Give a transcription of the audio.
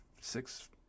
six